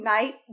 Night